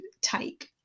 take